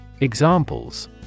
Examples